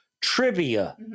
trivia